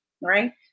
Right